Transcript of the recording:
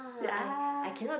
ya